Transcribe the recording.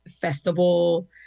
festival